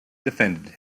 defended